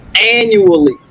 annually